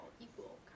equal